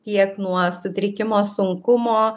tiek nuo sutrikimo sunkumo